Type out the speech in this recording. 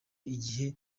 igihe